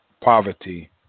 poverty